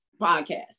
podcast